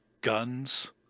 guns